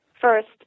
First